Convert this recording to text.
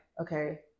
okay